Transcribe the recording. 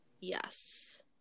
yes